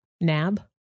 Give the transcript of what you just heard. nab